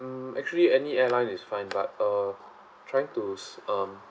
mm actually any airline is fine but uh trying to um